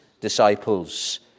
disciples